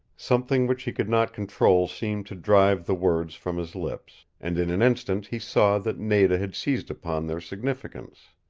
something which he could not control seemed to drive the words from his lips, and in an instant he saw that nada had seized upon their significance.